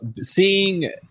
seeing